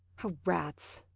oh, rats!